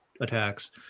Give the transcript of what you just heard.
attacks